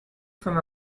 from